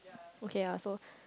okay ya so